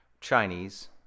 Chinese